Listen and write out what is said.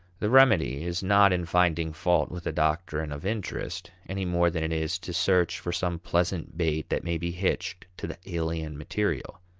the remedy is not in finding fault with the doctrine of interest, any more than it is to search for some pleasant bait that may be hitched to the alien material.